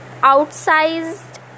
outsized